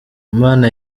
imana